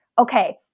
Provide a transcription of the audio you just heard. okay